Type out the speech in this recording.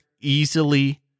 easily